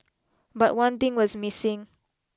but one thing was missing